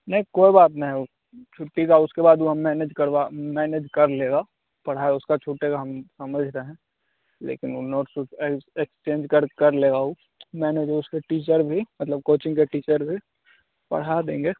नहीं कोई बात नहीं है छुट्टी का उसके बाद ऊ हम मैनेज करवा मैनेज कर लेगा पढ़ाई उसका छूटेगा हम समझ रहे हैं लेकिन वह नोट्स वोट्स एक्सचेंज कर कर लेगा उ मैनेज उसके टीचर भी मतलब कोचिंग के टीचर भी पढ़ा देंगे